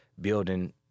building